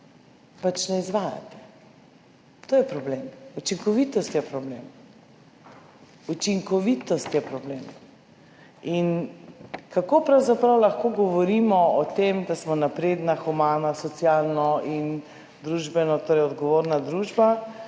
pač ne izvajate. To je problem, učinkovitost je problem, učinkovitost je problem. In kako pravzaprav lahko govorimo o tem, da smo napredna, humana, socialno in družbeno, torej odgovorna družba,